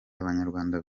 abanyarwanda